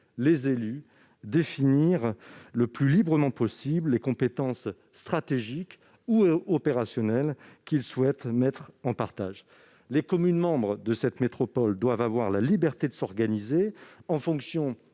les élus définir le plus librement possible les compétences stratégiques ou opérationnelles qu'ils souhaitent partager. Les communes membres de cette métropole doivent avoir la liberté de s'organiser en fonction